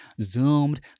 zoomed